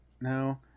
No